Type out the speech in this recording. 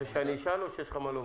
אתה רוצה שאני אשאל או שיש לך מה לומר?